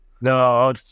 no